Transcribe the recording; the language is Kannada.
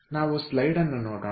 ನಾವು ಸ್ಲೈಡ್ ಅನ್ನು ನೋಡೋಣ